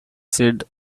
said